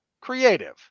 creative